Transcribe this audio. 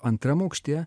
antram aukšte